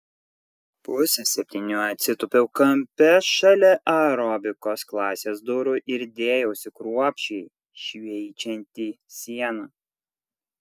pusę septynių atsitūpiau kampe šalia aerobikos klasės durų ir dėjausi kruopščiai šveičianti sieną